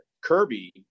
Kirby